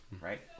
right